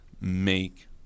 make